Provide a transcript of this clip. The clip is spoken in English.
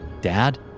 Dad